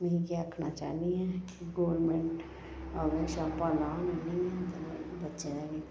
में इ' यै आखना चाहन्नी आं कि गोरमेंट आवै छापै मारन आह्नियै बच्चें दा